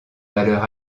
valeur